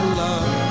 love